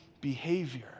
behavior